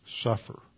suffer